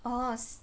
orh